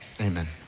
amen